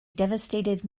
devastated